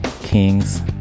Kings